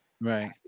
right